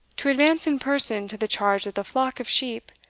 to advance in person to the charge of the flock of sheep,